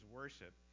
worship